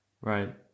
Right